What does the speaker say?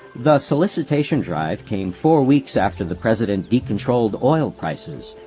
the solicitation drive came four weeks after the president decontrolled oil prices,